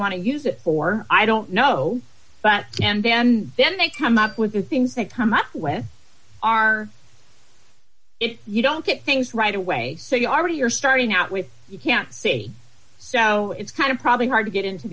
want to use it for i don't know and then they come up with the things they come up with are if you don't get things right away say you already you're starting out with you can't see so it's kind of probably hard to get into